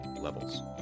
levels